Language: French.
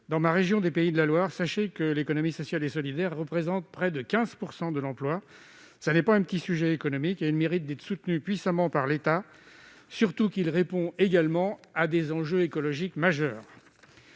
Dans ma région des Pays de la Loire, sachez que l'économie sociale et solidaire représente près de 15 % de l'emploi : cela n'est pas un petit sujet économique. Ce secteur mérite d'être soutenu puissamment par l'État, surtout qu'il répond également à des enjeux écologiques majeurs.